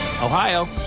Ohio